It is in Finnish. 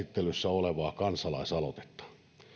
käsittelyssä olevaa kansalaisaloitetta